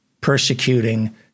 Persecuting